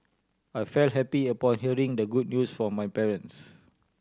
I felt happy upon hearing the good news from my parents